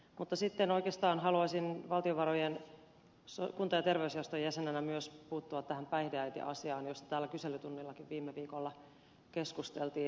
mutta sitten oikeastaan haluaisin valtiovarojen kunta ja terveysjaoston jäsenenä myös puuttua tähän päihdeäitien asiaan josta täällä kyselytunnillakin viime viikolla keskusteltiin